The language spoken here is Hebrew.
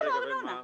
ארנונה.